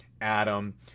Adam